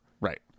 right